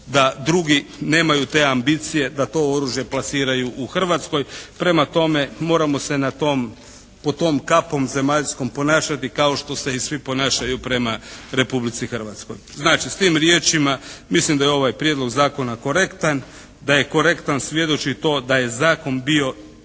da drugi nemaju te ambicije da to oružje plasiraju u Hrvatskoj. Prema tome moramo se na tome, pod tom kapom zemaljskom ponašati kao što se i svi ponašaju prema Republici Hrvatskoj. Znači sa tim riječima mislim da je ovaj Prijedlog zakona korektan. Da je korektan svjedoči to da je zakon bio